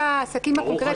מה שהגיוני